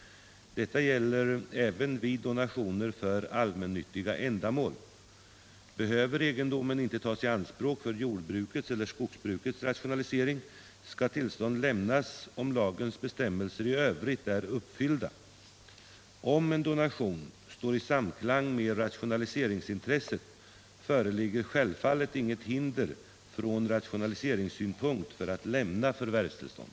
Detta gäller även vid donationer för allmännyttiga ändamål. Behöver egendomen inte tas i anspråk för jordbrukets eller skogsbrukets rationalisering skall tillstånd lämnas om lagens bestämmelser i övrigt är uppfyllda. Om donation står i samklang med rationaliseringsintresset föreligger självfallet inget hinder från rationaliseringssynpunkt för att lämna förvärvstillstånd.